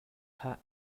hlah